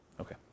Okay